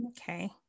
Okay